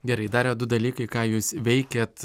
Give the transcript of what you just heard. gerai dar yra du dalykai ką jūs veikėt